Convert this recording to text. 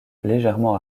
légèrement